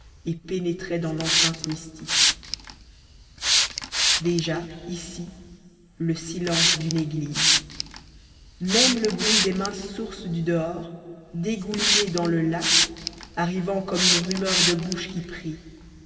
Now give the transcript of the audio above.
et pénétrait dans l'enceinte mystique déjà ici le silence d'une église même le bruit des minces sources du dehors dégoulinées dans le lac arrivant comme une rumeur de bouches qui prient